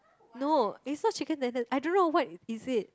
no is not chicken tender I don't know what is it